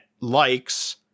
likes